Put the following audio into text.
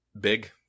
big